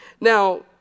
Now